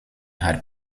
haar